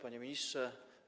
Panie Ministrze!